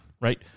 right